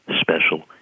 special